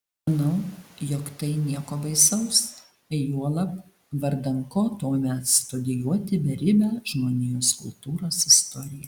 manau jog tai nieko baisaus juolab vardan ko tuomet studijuoti beribę žmonijos kultūros istoriją